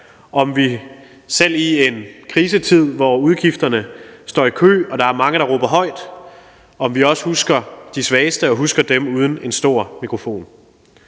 om vi selv i en krisetid, hvor udgifterne står i kø og der er mange, der råber højt, også husker de svageste og husker dem uden en stor mikrofon.